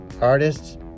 artists